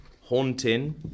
Haunting